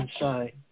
inside